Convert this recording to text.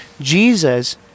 Jesus